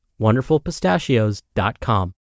wonderfulpistachios.com